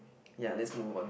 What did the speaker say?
ya let's move on